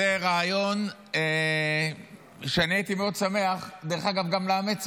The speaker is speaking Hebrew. דרך אגב, זה רעיון שהייתי מאוד שמח גם לאמץ,